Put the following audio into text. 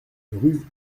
rue